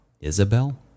Isabel